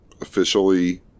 Officially